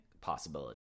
possibility